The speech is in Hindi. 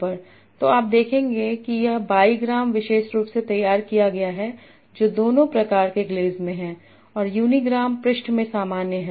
तो आप देखेंगे कि यह बाई ग्राम विशेष रूप से तैयार किया गया है जो दोनों प्रकार के ग्लेज़ में है और यूनीग्राम पृष्ठ में सामान्य है